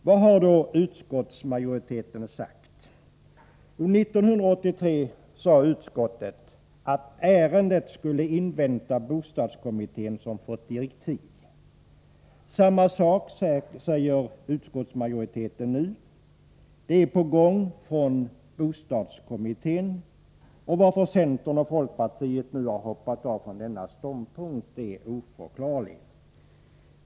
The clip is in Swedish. Vad har då utskottet sagt? 1983 sade utskottet att ärendet skulle invänta bostadskommittén som fått direktiv. Samma sak säger utskottsmajoriteten nu: Det är på gång från bostadskommittén. Varför centern och folkpartiet nu har hoppat av från denna ståndpunkt är oförklarligt.